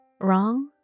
wrong